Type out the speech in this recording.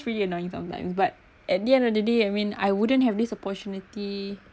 pretty annoying sometimes but at the end of the day I mean I wouldn't have this opportunity